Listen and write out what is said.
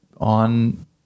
on